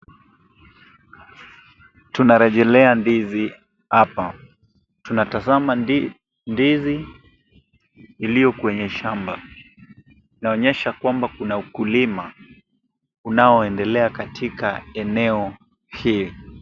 Tunarejelea ndizi hapa. Tunatazama ndizi iliyo kwenye shamba. Inaonyesha kwamba kuna ukulima unaoendelea katika eneo hii.